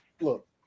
look